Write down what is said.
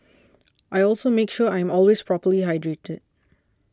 I also make sure I am always properly hydrated